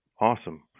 Awesome